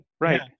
right